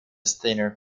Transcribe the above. thinner